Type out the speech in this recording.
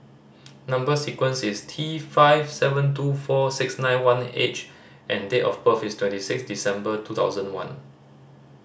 number sequence is T five seven two four six nine one H and date of birth is twenty six December two thousand one